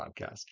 podcast